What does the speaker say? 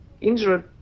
injured